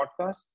podcast